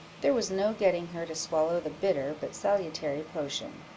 there was no getting her to swallow the bitter but salutary potion.